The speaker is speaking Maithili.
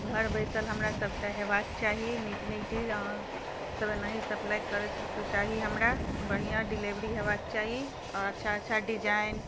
घर बैसल हमरा सभटा होयबाक चाही नीक नीक चीज अहाँसभ एहिना ही सप्लाइ करैत चाही हमरा बढ़िआँ डिलिवरी होयबाक चाही आओर अच्छा अच्छा डिजाइन